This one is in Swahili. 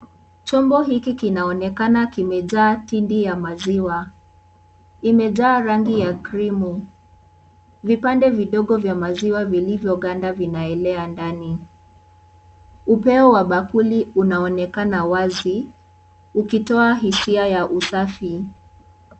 Chombo hiki kinaonekana kimejaa tindi ya maziwa imejaa rangi ya krimu ,vipande vidogo vya maziwa vilivyoganda vinaelea ndani upeo wa bakuli unaonekana wazi ukitoa hisia ya usafi.